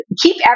keep